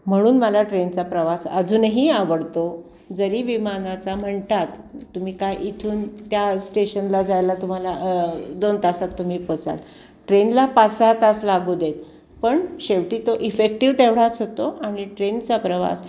म्हणून मला ट्रेनचा प्रवास अजूनही आवडतो जरी विमानाचा म्हणतात तुम्ही काय इथून त्या स्टेशनला जायला तुम्हाला दोन तासात तुम्ही पोचाल ट्रेनला पाच सहा तास लागू देत पण शेवटी तो इफेक्टिव्ह तेवढाच होतो आणि ट्रेनचा प्रवास